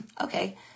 okay